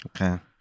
Okay